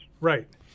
Right